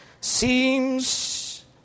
seems